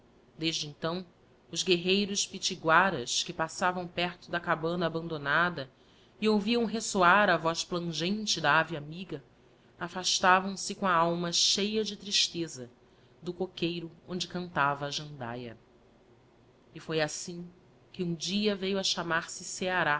desde então os guerreiros pytiguaras que passavam perto da cabana abandonada e ouviam resoar a voz plangente da ave amiga afastavam se com a alma cheia de tristeza do coqueiro onde cantava a jandaia e foi assim que um dia veio a chamar-se ceará